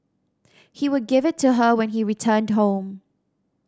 he would give it to her when he returned home